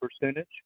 percentage